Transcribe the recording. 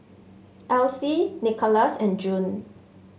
Elyse Nickolas and June